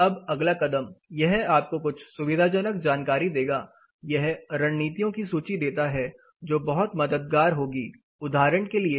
अब अगला कदम यह आपको कुछ सुविधाजनक जानकारी देगा यह रणनीतियों की सूची देता है जो बहुत मददगार होंगी